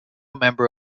member